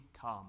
come